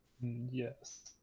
Yes